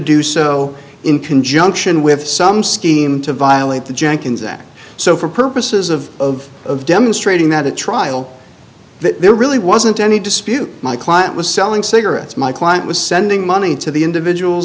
do so in conjunction with some scheme to violate the jenkins act so for purposes of of of demonstrating that a trial that there really wasn't any dispute my client was selling cigarettes my client was sending money to the individuals